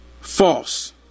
false